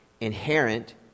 inherent